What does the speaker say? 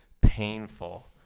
painful